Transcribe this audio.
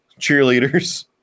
cheerleaders